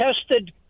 tested